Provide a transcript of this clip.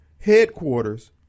headquarters